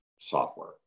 software